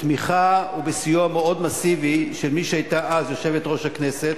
בתמיכה ובסיוע מאוד מסיבי של מי שהיתה אז יושבת-ראש הכנסת,